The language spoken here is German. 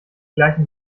gleichen